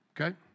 Okay